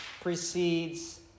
precedes